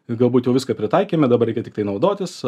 ir galbūt jau viską pritaikėme dabar reikia tiktai naudotis